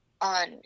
on